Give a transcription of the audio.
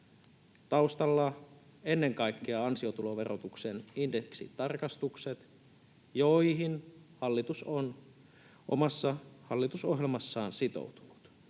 taustalla ennen kaikkea ansiotuloverotuksen indeksitarkastukset, joihin hallitus on omassa hallitusohjelmassaan sitoutunut.